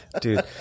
dude